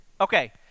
Okay